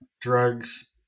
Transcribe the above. drugs